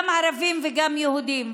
גם ערבים וגם יהודים.